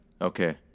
okay